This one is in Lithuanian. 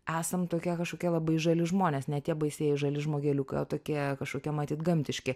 esam tokie kažkokie labai žali žmonės ne tie baisieji žali žmogeliukai o tokie kažkokie matyt gamtiški